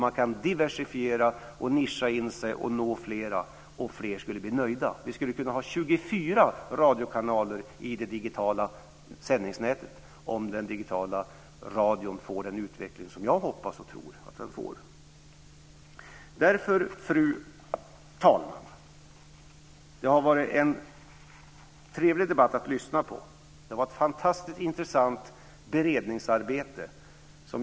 Man kan diversifiera, nischa in sig och nå fler, och fler skulle bli nöjda. Vi skulle kunna ha 24 radiokanaler i det digitala sändningsnätet om den digitala radion får den utveckling som jag hoppas och tror att den får. Fru talman! Det har varit en trevlig debatt att lyssna på. Det var ett fantastiskt intressant beredningsarbete.